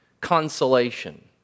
consolation